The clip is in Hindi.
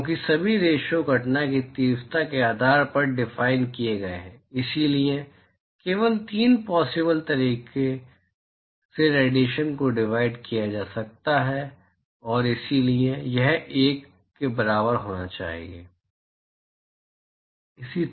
क्योंकि सभी रेशिओ घटना की तीव्रता के आधार पर डिफाइन किए गए हैं इसलिए केवल तीन पॉसिबल तरीकों से रेडिएशन को डिवाइड किया जा सकता है और इसलिए यह 1 के बराबर होना चाहिए